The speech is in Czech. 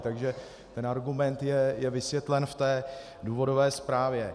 Takže ten argument je vysvětlen v důvodové zprávě.